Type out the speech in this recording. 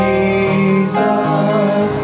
Jesus